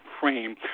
frame